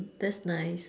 that's nice